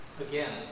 Again